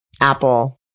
Apple